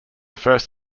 first